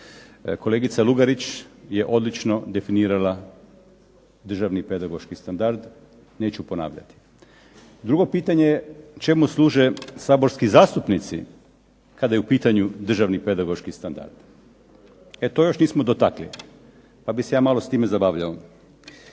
Kolegica Lugarić je odlično definirala državni pedagoški standard. Neću ponavljati. Drugo pitanje je čemu služe saborski zastupnici kada je u pitanju državni pedagoški standard. E to još nismo dotakli, pa bih se ja malo s time zabavljao.